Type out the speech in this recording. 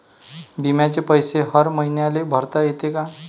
बिम्याचे पैसे हर मईन्याले भरता येते का?